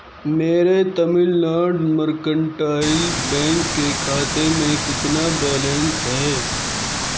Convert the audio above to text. میرے Tamil Nadu mercantile bank کے کھاتے میں کتنا بیلنس ہے